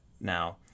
Now